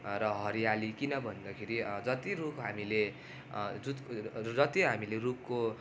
र हरियाली किन भन्दाखेरि जति रुख हामीले जुत जति हामीले रुखको